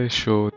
show